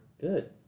good